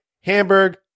hamburg